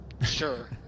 sure